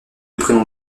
prénoms